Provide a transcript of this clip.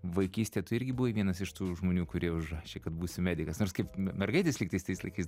vaikystėje tu irgi buvai vienas iš tų žmonių kurie užrašė kad būsiu medikas nors kaip mergaitės lyg tais tais laikais